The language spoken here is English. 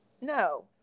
no